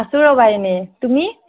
আছোঁ ৰ'বা এনেই তুমি